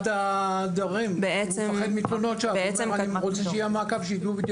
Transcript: הוא מפחד מתלונות שווא.